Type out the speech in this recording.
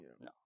no